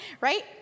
right